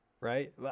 right